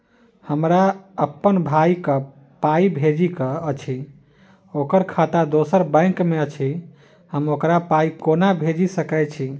हमरा अप्पन भाई कऽ पाई भेजि कऽ अछि, ओकर खाता दोसर बैंक मे अछि, हम ओकरा पाई कोना भेजि सकय छी?